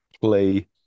play